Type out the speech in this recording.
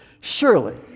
surely